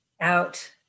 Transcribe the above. out